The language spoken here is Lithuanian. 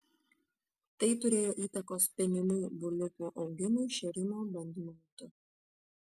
tai turėjo įtakos penimų buliukų augimui šėrimo bandymo metu